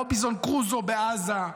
רובינזון קרוזו בעזה.